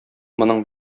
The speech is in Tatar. моның